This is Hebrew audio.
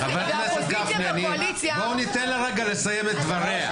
חבר הכנסת גפני, בואו ניתן לה לסיים את דבריה.